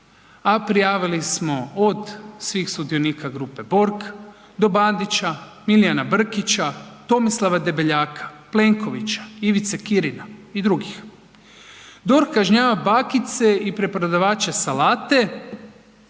a prijavili smo od svih sudionika grupe Borg do Bandića, Milijana Brkića, Tomislava Debeljaka, Plenkovića, Ivice Kirina i drugih. DORH kažnjava bakice i preprodavače salate,